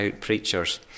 preachers